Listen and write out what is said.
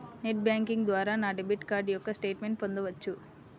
Net banking ద్వారా నా debit card యొక్క స్టేట్మెంట్ పొందవచ్చా?